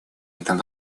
этом